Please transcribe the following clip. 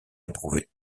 approuvé